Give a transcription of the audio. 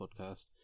podcast